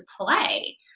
play